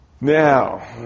Now